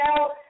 out